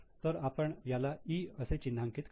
तर आपण याला 'E' असे चिन्हांकित करू